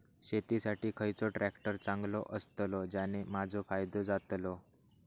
शेती साठी खयचो ट्रॅक्टर चांगलो अस्तलो ज्याने माजो फायदो जातलो?